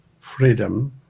freedom